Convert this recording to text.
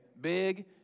big